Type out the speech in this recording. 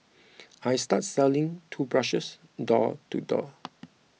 I started selling toothbrushes door to door